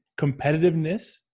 competitiveness